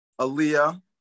Aaliyah